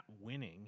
winning